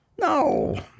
No